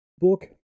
Book